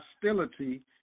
hostility